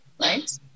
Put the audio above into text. right